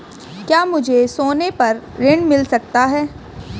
क्या मुझे सोने पर ऋण मिल सकता है?